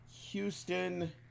Houston